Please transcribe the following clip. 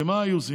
כי מה היו עושים?